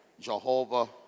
Jehovah